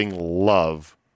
love